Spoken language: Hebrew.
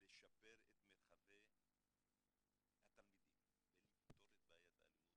לשפר את מרחבי התלמידים ולפתור את בעיית האלימות,